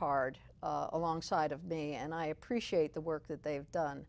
hard alongside of me and i appreciate the work that they've done